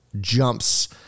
jumps